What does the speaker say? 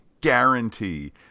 guarantee